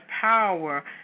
power